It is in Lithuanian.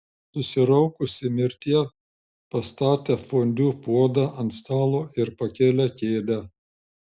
susiraukusi mirtie pastatė fondiu puodą ant stalo ir pakėlė kėdę